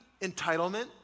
entitlement